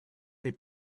they